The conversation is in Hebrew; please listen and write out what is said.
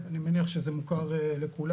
אני מניח שזה מוכר לכולם,